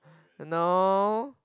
no